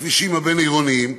בכבישים הבין-עירוניים.